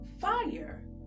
fire